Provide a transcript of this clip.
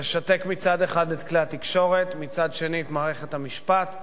לשתק מצד אחד את כלי התקשורת ומצד שני את מערכת המשפט.